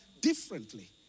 differently